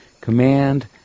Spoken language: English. command